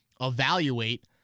evaluate